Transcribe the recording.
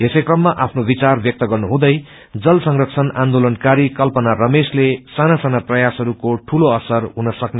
यसै क्रममा आफ्नो विचार व्यक्त गर्नुहुँद जल संरक्षण आन्दोलनकारी कल्पना रमेशले भन्नुभयो साना साना प्रयासबाट नै दूलो असर हुनसक्छ